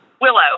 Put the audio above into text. Willow